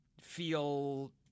feel